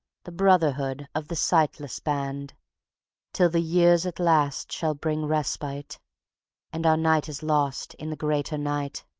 the brotherhood of the sightless band till the years at last shall bring respite and our night is lost in the greater night.